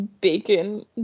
bacon